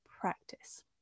practice